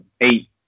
eight